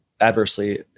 adversely